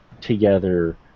together